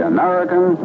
American